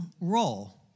role